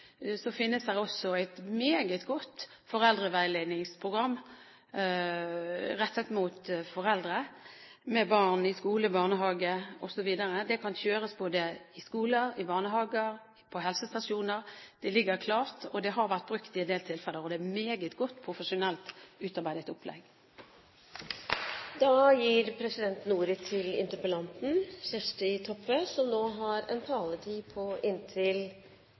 finnes det også et meget godt foreldreveiledningsprogram rettet mot foreldre med barn i skole, barnehage osv. Det kan kjøres både i skoler, i barnehager og på helsestasjoner. Det ligger klart, det har vært brukt i en del tilfeller, og det er et meget godt profesjonelt utarbeidet opplegg. Eg vil takka dei som har delteke i interpellasjonsdebatten, og eg synest det har